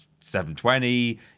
720